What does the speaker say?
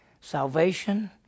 Salvation